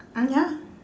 ah ya